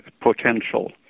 potential